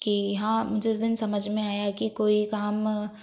कि हाँ मुझे उस दिन समझ में आया कि कोई काम